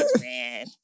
man